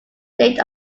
state